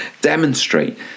demonstrate